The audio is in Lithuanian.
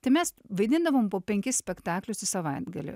tai mes vaidindavom po penkis spektaklius į savaitgalį